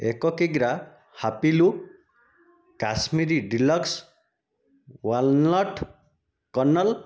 ଏକ କିଗ୍ରା ହାପିଲୁ କାଶ୍ମୀରୀ ଡ଼ିଲକ୍ସ ୱାଲ୍ନଟ୍ କର୍ଣ୍ଣଲ୍